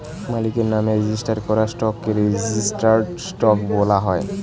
মালিকের নামে রেজিস্টার করা স্টককে রেজিস্টার্ড স্টক বলা হয়